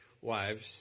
wives